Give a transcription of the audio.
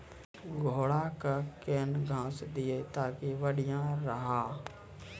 घोड़ा का केन घास दिए ताकि बढ़िया रहा?